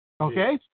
Okay